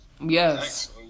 yes